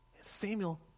Samuel